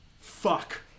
Fuck